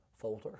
folder